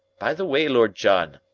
by the way, lord john,